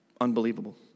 Unbelievable